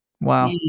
Wow